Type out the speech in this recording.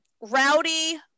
rowdy